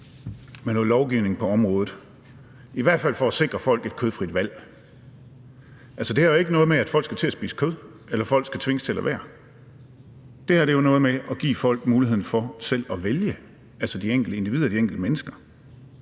med noget lovgivning på området, i hvert fald for at sikre folk et kødfrit valg. Altså, det her har ikke noget at gøre med, at folk skal til at spise kød, eller at folk skal tvinges til at lade være. Det her er jo noget med at give folk – altså de enkelte individer, de enkelte mennesker